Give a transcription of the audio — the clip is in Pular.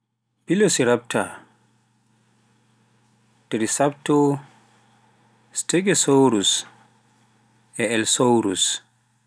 velosirapta, trisratop, stegosaurus e allsaurus